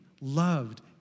loved